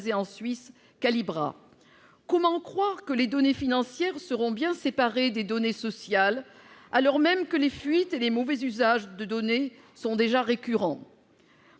en Suisse, Calibra. Comment croire que les données financières seront bien séparées des données sociales, alors même que les fuites et les mauvais usages de données sont déjà récurrents ?